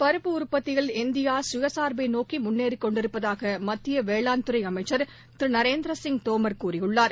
பருப்பு உற்பத்தியில் இந்தியாகயசார்பைநோக்கிமுன்னேறிகொண்டிருப்பதாகமத்தியவேளாண்துறைஅமைச்சர் திருநரேந்திரசிங் தோமர் கூறியுள்ளார்